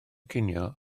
cinio